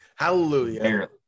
Hallelujah